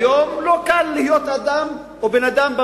היום לא קל להיות אדם, או בן-אדם.